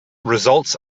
results